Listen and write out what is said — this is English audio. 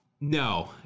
No